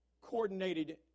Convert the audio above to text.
coordinated